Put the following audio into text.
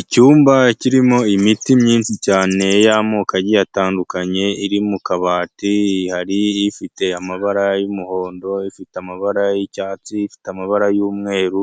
Icyumba kirimo imiti myinshi cyane y'amoko atandukanye iri mu kabati, hari ifite amabara y'umuhondo, ifite amabara y'icyatsi, ifite amabara y'umweru,